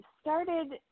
started